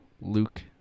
Luke